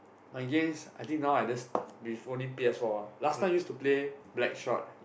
I guess I think now I just with only p_s-four ah last time use to play blackshot